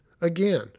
again